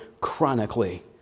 chronically